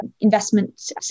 investment